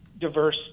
diverse